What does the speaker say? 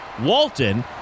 Walton